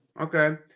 Okay